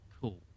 cool